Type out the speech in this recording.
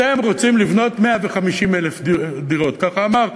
אתם רוצים לבנות 150,000 דירות, ככה אמרתם,